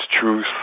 truth